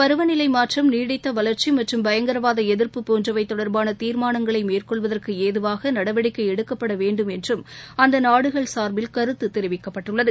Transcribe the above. பருவநிலை மாற்றம் நீடித்த வளர்ச்சி மற்றும் பயங்கரவாத எதிர்ப்பு போன்றவை தொடர்பான தீர்மானங்களை மேற்கொள்வதற்கு ஏதுவாக நடவடிக்கை எடுக்கப்பட வேண்டும் என்றும் அந்த நாடுகள் சார்பில் கருத்து தெரிவிக்கப்பட்டுள்ளது